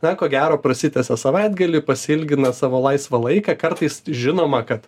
na ko gero prasitęsia savaitgalį pasiilgina savo laisvą laiką kartais žinoma kad